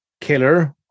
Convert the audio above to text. killer